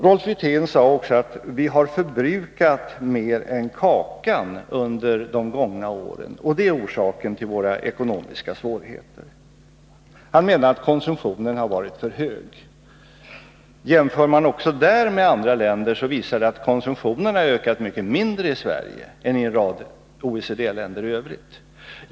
Rolf Wirtén sade också att vi har förbrukat mer än kakan under de gångna åren. Det är orsaken till våra ekonomiska svårigheter. Han menade att konsumtionen har varit för hög. Jämför man också där med andra länder, visar det sig att konsumtionen har ökat mycket mindre i Sverige än i en rad OECD-länder i övrigt.